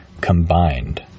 combined